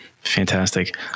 Fantastic